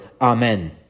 amen